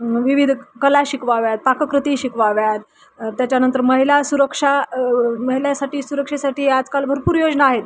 विविध कला शिकवाव्यात पाककृती शिकवाव्यात त्याच्यानंतर महिला सुरक्षा महिलासाठी सुरक्षेसाठी आजकाल भरपूर योजना आहेत